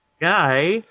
Guy